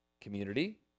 community